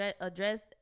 addressed